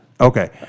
Okay